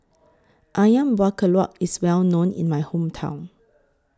Ayam Buah Keluak IS Well known in My Hometown